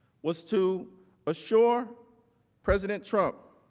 was to assure president trump